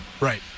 Right